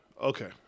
okay